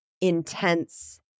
intense